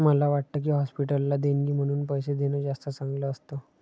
मला वाटतं की, हॉस्पिटलला देणगी म्हणून पैसे देणं जास्त चांगलं असतं